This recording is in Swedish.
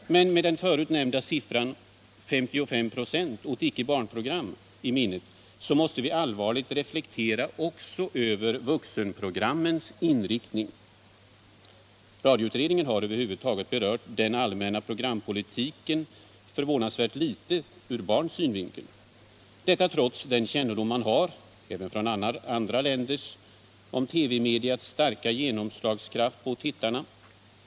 Men med den förutnämnda siffran 55 96 i minnet måste vi allvarligt reflektera också över vuxenprogrammens inriktning. Radioutredningen har över huvud taget berört den allmänna programpolitiken förvånansvärt litet ur barns synvinkel. Detta trots den kännedom man har — även från andra länder — om TV-mediets starka genomslagskraft på tittarna.